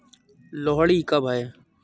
लोहड़ी कब है?